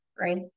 right